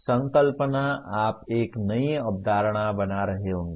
संकल्पना आप एक नई अवधारणा बना रहे होंगे